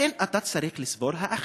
לכן אתה צריך לסבול את האחר,